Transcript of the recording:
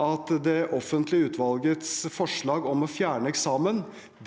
at det offentlige utvalgets forslag om å fjerne eksamen